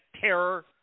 terror